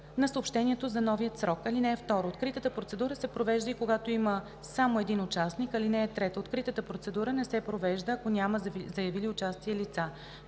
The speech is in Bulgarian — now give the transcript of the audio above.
на съобщението за новия срок. (2) Откритата процедура се провежда и когато има само един участник. (3) Откритата процедура не се провежда, ако няма заявили участие лица.